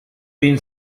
been